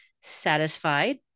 satisfied